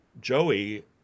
Joey